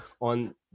on